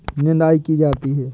निदाई की जाती है?